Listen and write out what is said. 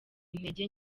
intege